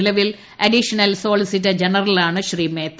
നിലവിൽ additional solicitor ജനറലാണ് മേത്ത